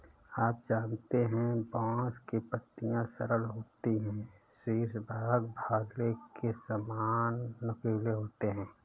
आप जानते है बांस की पत्तियां सरल होती है शीर्ष भाग भाले के सामान नुकीले होते है